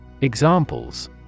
Examples